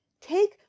take